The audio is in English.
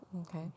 Okay